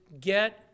get